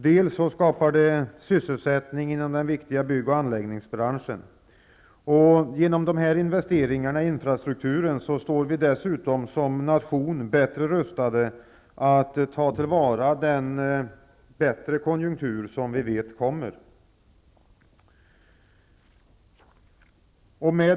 Dels skapar det sysselsättning inom den viktiga bygg och anläggningsbranschen. Genom dessa investeringar i infrastrukturen står vi dessutom som nation bättre rustade att ta till vara den bättre konjunktur som vi vet kommer.